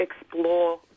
explore